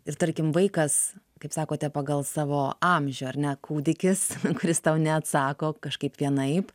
ir tarkim vaikas kaip sakote pagal savo amžių ar ne kūdikis kuris tau neatsako kažkaip vienaip